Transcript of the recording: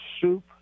soup